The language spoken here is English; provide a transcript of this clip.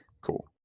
Cool